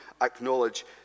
acknowledge